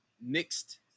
mixed